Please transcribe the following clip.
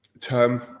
term